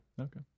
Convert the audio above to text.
Okay